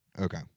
Okay